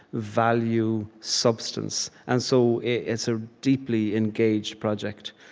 value, substance. and so it's a deeply engaged project.